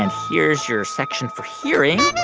here's your section for hearing.